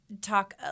talk